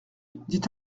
dit